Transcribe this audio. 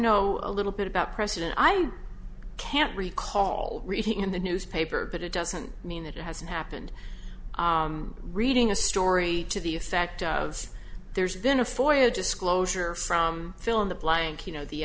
know a little bit about precedent i can't recall reading in the newspaper but it doesn't mean that it hasn't happened reading a story to the effect of there's been a foil disclosure from fill in the blank you know the